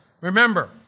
Remember